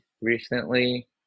recently